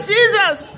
Jesus